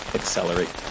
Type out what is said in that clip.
accelerate